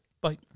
Bye